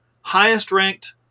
highest-ranked